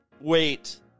wait